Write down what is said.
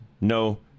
no